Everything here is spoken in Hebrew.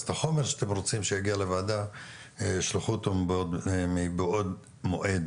אז את החומר שאתם רוצים שיגיע לוועדה תשלחו אותו מבעוד מועד,